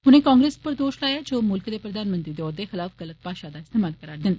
उनें कांग्रेस उप्पर दोष लाया जे ओह् मुल्ख दे प्रधानमंत्री दे ओह्दे खलाफ गलत भाषा दा इस्तेमाल करा रदे न